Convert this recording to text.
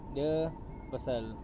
dia pasal